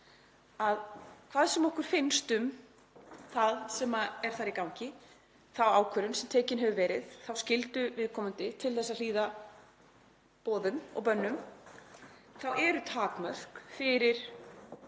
að hvað sem okkur finnst um það sem er þar í gangi, þá ákvörðun sem tekin hefur verið, þá skyldu viðkomandi að hlýða boðum og bönnum, þá eru takmörk fyrir